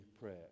prayer